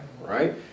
right